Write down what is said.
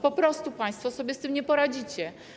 Po prostu państwo sobie z tym nie poradzicie.